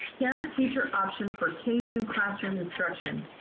parent teacher option for k two classroom instruction,